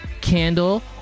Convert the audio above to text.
candle